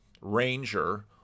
Ranger